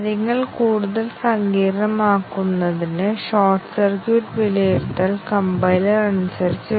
അതിനാൽ വളരെ ചെറിയ പ്രോഗ്രാമുകൾക്ക് ഒരു ടെസ്റ്റ് സ്യൂട്ട് രൂപകൽപ്പന ചെയ്യാൻ കഴിയും അത് എല്ലാ പ്രസ്താവനകളും ഉൾക്കൊള്ളുന്നു